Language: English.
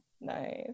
Nice